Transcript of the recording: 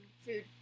Food